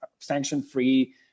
sanction-free